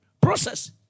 Process